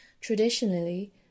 Traditionally